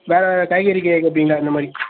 வேற காய்கறி கே கேட்பிங்கள அந்தமாதிரி